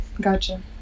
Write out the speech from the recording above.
Gotcha